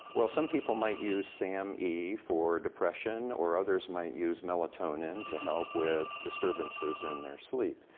well, some people might use sam e for depression or others might use melatonin to help with disturbances in their sleep,